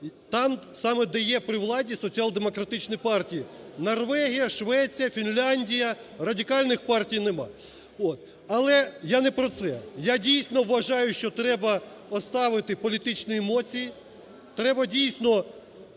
там саме, де є при владі соціал-демократичні партії – Норвегія, Швеція, Фінляндія. Радикальних партій нема, от. Але я не про це, я дійсно вважаю, що треба оставити політичні емоції, треба дійсно